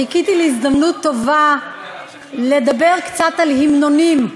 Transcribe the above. חיכיתי להזדמנות טובה לדבר קצת על המנונים.